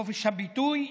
חופש הביטוי,